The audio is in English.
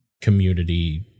community